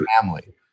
family